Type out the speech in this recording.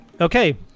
Okay